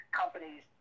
companies